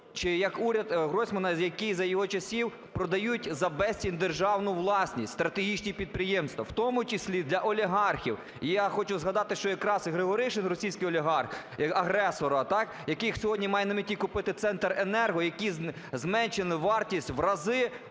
чи як уряд Гройсмана, який за його часів продають за безцінь державну власність, стратегічні підприємства, в тому числі для олігархів? І я хочу згадати, що якраз і Григоришин, російський олігарх агресора, так, який сьогодні має на меті купити "Центренерго", який… зменшено вартість в рази: